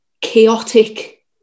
Chaotic